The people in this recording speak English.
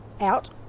out